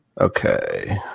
Okay